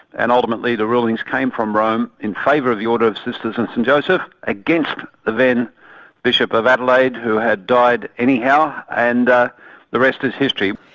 and ultimately the rulings came from rome in favour of the order of sisters of and st joseph, against the then bishop of adelaide, who had died anyhow, and ah the rest is history.